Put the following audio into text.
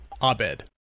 Abed